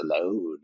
alone